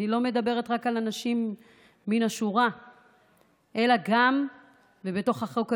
אני לא מדברת רק על אנשים מן השורה אלא בתוך החוק הזה,